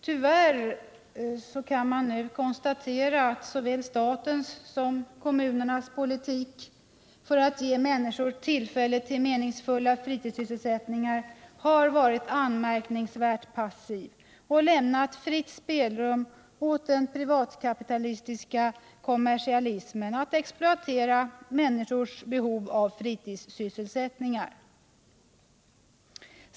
Tyvärr kan man nu konstatera att såväl statens som kommunernas politik för att ge människor tillfälle till meningsfulla fritidssysselsättningar har varit anmärkningsvärt passiv och lämnat fritt spelrum åt den privatkapitalistiska kommersialismen att exploatera människors behov av fritidssysselsättningar.